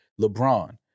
LeBron